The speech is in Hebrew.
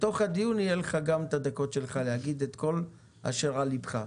בדיון יהיו לך גם הדקות שלך להגיד את כל אשר על לבך.